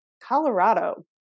Colorado